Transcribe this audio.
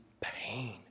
pain